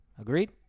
Agreed